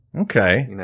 Okay